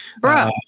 Bro